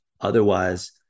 Otherwise